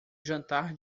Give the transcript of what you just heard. jantar